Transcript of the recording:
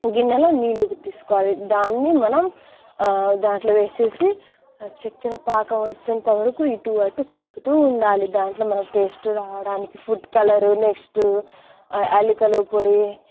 గిన్నెలో నీళ్ళు తీసుకోవాలి దాన్ని మనం దాంట్లో వేసేసి చక్కర పాకం వచ్చేంత వరకు ఇటు అటు కలుపుతూ ఉండాలి దాంట్లో మనకు టేస్ట్ రావడానికి ఫుడ్ కలరు నెక్స్ట్ యాలకుల పొడి